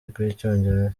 rw’icyongereza